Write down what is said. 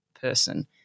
person